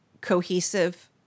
cohesive